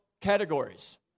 categories